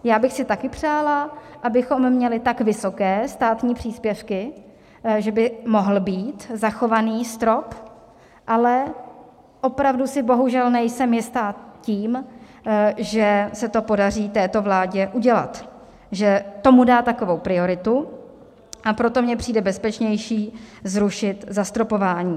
Já bych si také přála, abychom měli tak vysoké státní příspěvky, že by mohl být zachován strop, ale opravdu si bohužel nejsem jista tím, že se to podaří této vládě udělat, že tomu dá takovou prioritu, a proto mně přijde bezpečnější zrušit zastropování.